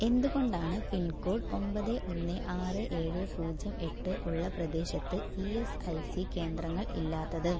എന്തുകൊണ്ടാണ് പിൻകോഡ് ഒമ്പത് ഒന്ന് ആറ് ഏഴ് പൂജ്യം എട്ട് ഉള്ള പ്രദേശത്ത് ഇ എസ് ഐ സി കേന്ദ്രങ്ങൾ ഇല്ലാത്തത്